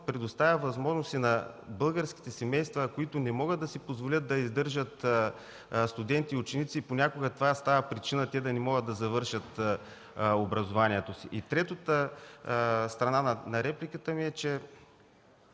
предоставя възможност и на българските семейства, които не могат да си позволят да издържат студенти и ученици – понякога това става причина те да не могат да завършат образованието си. Третата част от репликата ми е, че